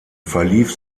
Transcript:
verlief